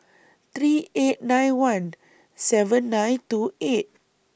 three eight nine one seven nine two eight